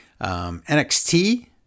NXT